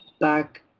back